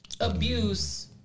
abuse